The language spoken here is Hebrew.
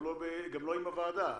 גם לא עם הוועדה.